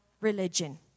religion